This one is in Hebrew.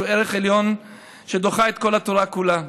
שהם ערך עליון שדוחה את כל התורה כולה.